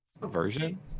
version